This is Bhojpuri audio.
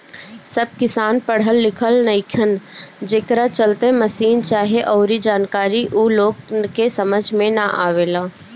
सब किसान पढ़ल लिखल नईखन, जेकरा चलते मसीन चाहे अऊरी जानकारी ऊ लोग के समझ में ना आवेला